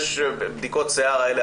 בדיקות השיער האלה,